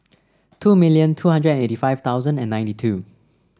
two million two hundred and eighty five thousand and ninety two